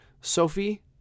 Sophie